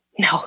no